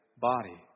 body